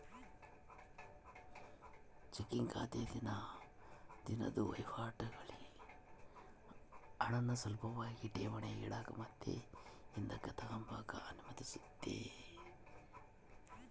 checking ಖಾತೆ ದಿನ ದಿನುದ್ ವಹಿವಾಟುಗುಳ್ಗೆ ಹಣಾನ ಸುಲುಭಾಗಿ ಠೇವಣಿ ಇಡಾಕ ಮತ್ತೆ ಹಿಂದುಕ್ ತಗಂಬಕ ಅನುಮತಿಸ್ತತೆ